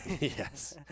Yes